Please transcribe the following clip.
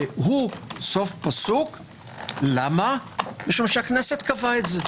והוא סוף פסוק כי הכנסת קבעה זאת.